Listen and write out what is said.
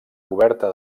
coberta